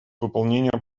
выполнение